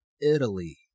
Italy